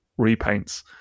repaints